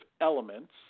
elements